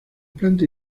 planta